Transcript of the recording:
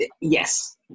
Yes